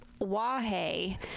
wahe